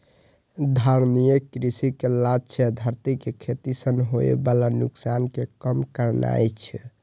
धारणीय कृषि के लक्ष्य धरती कें खेती सं होय बला नुकसान कें कम करनाय छै